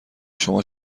شما